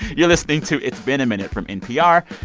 you're listening to it's been a minute from npr.